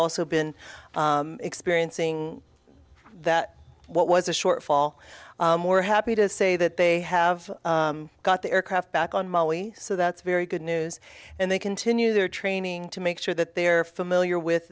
also been experiencing that what was a shortfall more happy to say that they have got the aircraft back on molly so that's very good news and they continue their training to make sure that they're familiar with